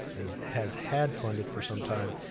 has has had funded for some time,